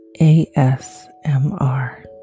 ASMR